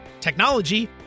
technology